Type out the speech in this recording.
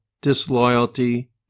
disloyalty